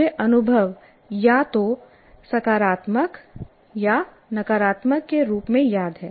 मुझे अनुभव या तो सकारात्मक या नकारात्मक के रूप में याद है